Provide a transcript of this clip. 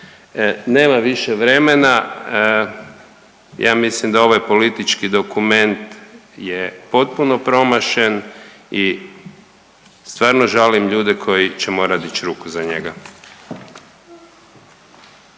Nemam više vremena, ja mislim da ovaj politički dokument je potpuno promašen i stvarno žalim ljude koji će morat dić ruku za njega.